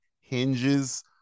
hinges